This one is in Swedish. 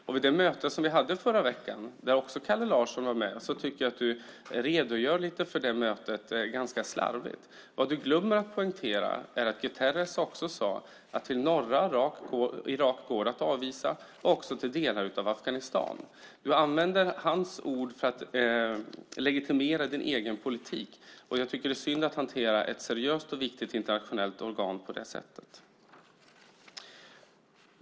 Jag tycker att Kalle Larsson redogör ganska slarvigt för det möte som vi hade i förra veckan och där han deltog. Vad han glömmer att poängtera är att Guterres också sade att det går att avvisa människor till norra Irak och också till delar av Afghanistan. Kalle Larsson använder hans ord för att legitimera sin egen politik, och jag tycker att det är synd att han hanterar ett seriöst och viktigt internationellt organ på det sättet.